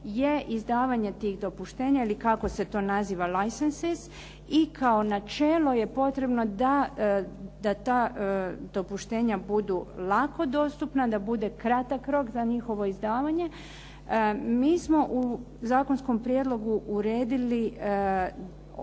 je izdavanje tih dopuštenja ili kako se to naziva licences i kao načelo je potrebno da ta dopuštenja budu lako dostupna, da bude kratak rok za njihovo izdavanje. Mi smo u zakonskom prijedlogu uredili odnos